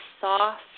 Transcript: soft